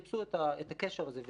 חיפשו את הקשר הזה.